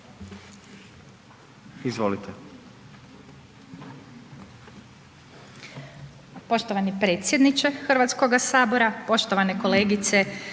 Izvolite.